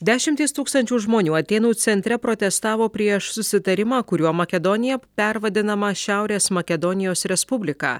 dešimtys tūkstančių žmonių atėnų centre protestavo prieš susitarimą kuriuo makedonija pervadinama šiaurės makedonijos respublika